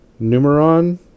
Numeron